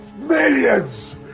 millions